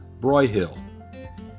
Broyhill